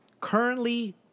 currently